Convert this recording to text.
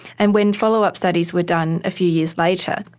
and when follow-up studies were done a few years later,